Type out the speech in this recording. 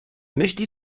myśli